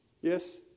Yes